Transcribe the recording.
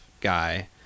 guy